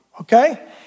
okay